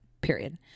period